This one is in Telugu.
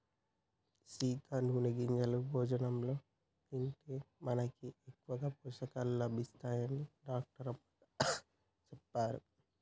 సీత నూనె గింజలు భోజనంలో తింటే మనకి ఎక్కువ పోషకాలు లభిస్తాయని డాక్టర్ అమ్మగారు సెప్పారు